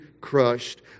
crushed